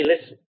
listen